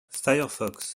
firefox